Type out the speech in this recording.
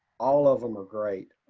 all of them are great.